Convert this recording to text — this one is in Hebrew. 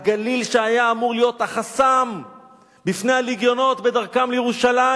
הגליל שהיה אמור להיות החסם בפני הלגיונות בדרכם לירושלים.